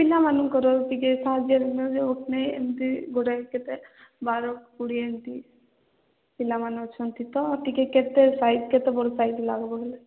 ପିଲାମାନଙ୍କର ଟିକେ ଏମିତି ଗୋଟେ ବାର କୋଡ଼ିଏ ଏମିତି ପିଲାମାନେ ଅଛନ୍ତି ତ ଟିକେ କେତେ ସାଇଜ୍ କେତେ ବଡ଼ ସାଇଜ୍ ଲାଗିବ ବେଲେ